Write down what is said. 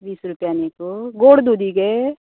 वीस रुपयान एक गोड दुदी गे